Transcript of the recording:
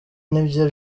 nibyo